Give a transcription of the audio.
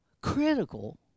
critical